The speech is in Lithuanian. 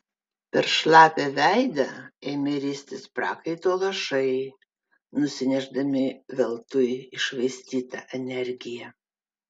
per šlapią veidą ėmė ristis prakaito lašai nusinešdami veltui iššvaistytą energiją